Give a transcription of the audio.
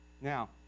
now